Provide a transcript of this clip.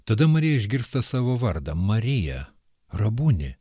tada marija išgirsta savo vardą marija rabunė